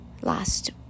last